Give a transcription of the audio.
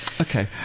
Okay